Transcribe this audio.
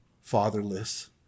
fatherless